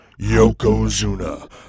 Yokozuna